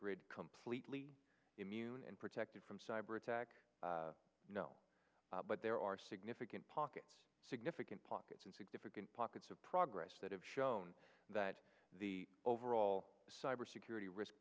grid completely immune and protected from cyber attack you know but there are significant pockets significant pockets and significant pockets of progress that have shown that the overall cybersecurity risk